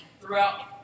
throughout